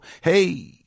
Hey